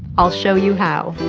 i'll show you how.